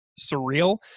surreal